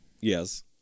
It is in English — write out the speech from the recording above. Yes